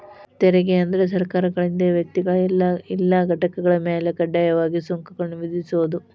ತೆರಿಗೆ ಅಂದ್ರ ಸರ್ಕಾರಗಳಿಂದ ವ್ಯಕ್ತಿಗಳ ಇಲ್ಲಾ ಘಟಕಗಳ ಮ್ಯಾಲೆ ಕಡ್ಡಾಯವಾಗಿ ಸುಂಕಗಳನ್ನ ವಿಧಿಸೋದ್